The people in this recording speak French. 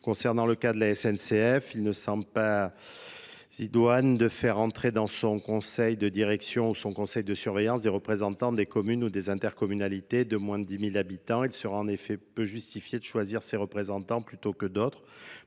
concernant le cas de la N C F Il nee semble pas. Idoine de faire entrer dans son conseil de direction ou son conseil de surveillance des représentants surveillance des représentants des communes ou des intercommunalités de moins de 10 habitants, il serait en effet peu justifié de choisir ses représentants plutôt que d'autres,